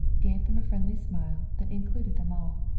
gave them a friendly smile that included them all.